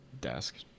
desk